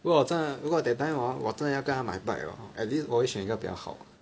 如果在如果 that time hor 我真的要跟他买 bike hor at least 我会选一个比较好